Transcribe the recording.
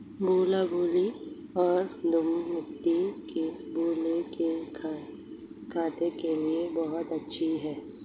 भुरभुरी और दोमट मिट्टी मूली की खेती के लिए बहुत अच्छी है